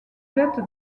jette